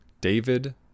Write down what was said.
David